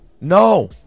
No